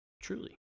truly